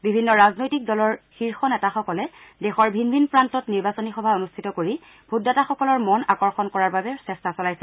বিভিন্ন ৰাজনৈতিক দলৰ শীৰ্ষ নেতাসকলে দেশৰ ভিন ভিন প্ৰান্তত নিৰ্বাচনী সভা অনুষ্ঠিত কৰি ভোটাদাতাসকলৰ মন আকৰ্ষণ কৰাৰ বাবে চেষ্টা চলাইছে